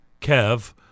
Kev